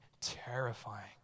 terrifying